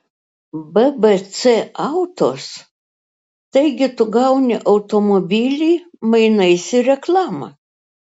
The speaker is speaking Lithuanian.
bbc autos taigi tu gauni automobilį mainais į reklamą